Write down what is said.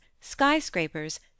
skyscrapers